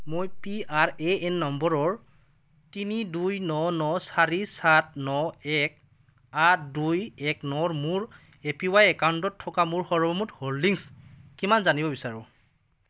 মই P R A N নম্বৰৰ তিনি দুই ন ন সাত চাৰি ন দুই আঠ দুই এক নৰ মোৰ এ পি ৱাই একাউণ্টটোত থকা মোৰ সৰ্বমুঠ হোল্ডিংছ কিমান জানিব বিচাৰোঁ